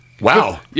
Wow